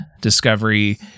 discovery